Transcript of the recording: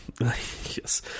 yes